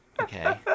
okay